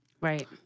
Right